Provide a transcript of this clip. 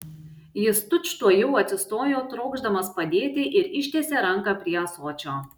jis tučtuojau atsistojo trokšdamas padėti ir ištiesė ranką prie ąsočio